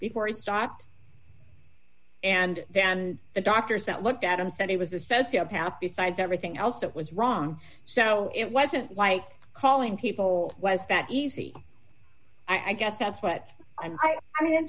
before he stopped and then the doctors that looked at him said he was assessed the path besides everything else that was wrong so it wasn't like calling people was that easy i guess that's what i mean in